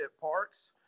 Parks